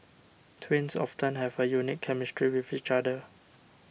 twins often have a unique chemistry with each other